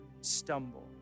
stumble